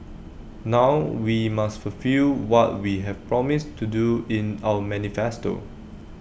now we must fulfil what we have promised to do in our manifesto